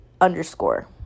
underscore